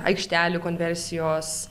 aikštelių konversijos